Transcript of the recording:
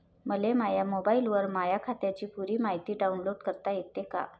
मले माह्या मोबाईलवर माह्या खात्याची पुरी मायती डाऊनलोड करता येते का?